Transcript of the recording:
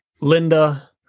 Linda